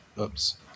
Oops